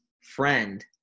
friend